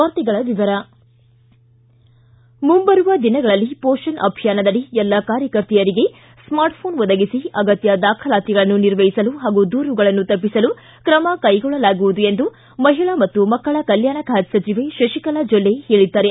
ವಾರ್ತೆಗಳ ವಿವರ ಮುಂಬರುವ ದಿನಗಳಲ್ಲಿ ಪೋಷಣ್ ಅಭಿಯಾನದಡಿ ಎಲ್ಲ ಕಾರ್ಯಕರ್ತೆಯರಿಗೆ ಸ್ಮಾರ್ಟ್ ಪೋನ್ ಒದಗಿಸಿ ಅಗತ್ಯ ದಾಖಲಾತಿಗಳನ್ನು ನಿರ್ವಹಿಸಲು ಹಾಗೂ ದೂರುಗಳನ್ನು ತಪ್ಪಿಸಲು ಕ್ರಮಕ್ಕೆಗೊಳ್ಳಲಾಗುವುದು ಎಂದು ಮಹಿಳಾ ಮತ್ತು ಮಕ್ಕಳ ಕಲ್ಚಾಣ ಖಾತೆ ಸಚಿವೆ ಶಶಿಕಲಾ ಜೊಲ್ಲೆ ಹೇಳಿದ್ದಾರೆ